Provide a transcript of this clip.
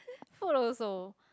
food also